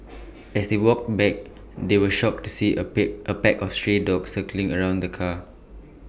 as they walked back they were shocked to see A pick pack of stray dogs circling around the car